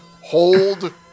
Hold